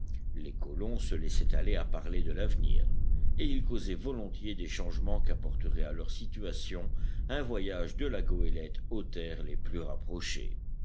les colons se laissaient aller à parler de l'avenir et ils causaient volontiers des changements qu'apporterait à leur situation un voyage de la goélette aux terres les plus rapprochées